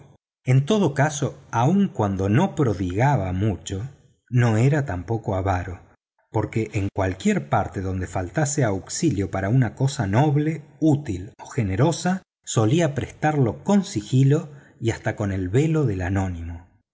en todo caso aun cuando no se prodigaba mucho no era tampoco avaro porque en cualquier parte donde faltase auxilio para una cosa noble útil o generosa solía prestarlo con sigilo y hasta con el velo del anónimo